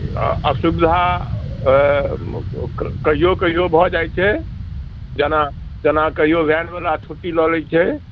असुविधा तऽ कहियो कहियो भऽ जाइ छै जेना जेना कहियो वैन बला छुट्टी लऽ लै छै